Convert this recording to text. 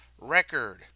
record